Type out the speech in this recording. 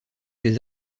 des